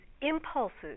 impulses